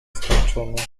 skończona